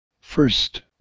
First